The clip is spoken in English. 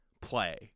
play